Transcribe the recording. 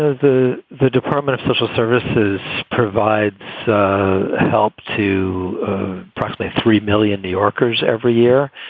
ah the the department of social services provides help to probably three million new yorkers every year.